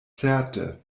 certe